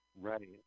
Right